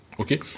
okay